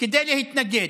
כדי להתנגד.